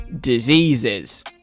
diseases